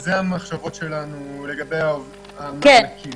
אלה המחשבות שלנו לגבי המענקים.